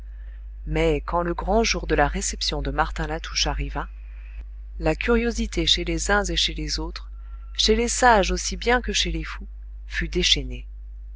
mais quand le grand jour de la réception de martin latouche arriva la curiosité chez les uns et chez les autres chez les sages aussi bien que chez les fous fut déchaînée